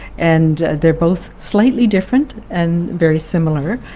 and they're both slightly different and very similar.